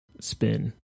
spin